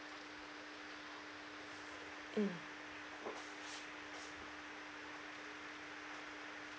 mm